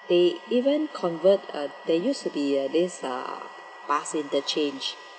they even convert uh there used to be a this uh ah bus interchange